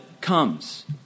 comes